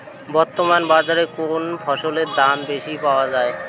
বর্তমান বাজারে কোন ফসলের দাম বেশি পাওয়া য়ায়?